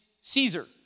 Caesar